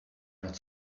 not